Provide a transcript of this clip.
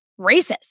racist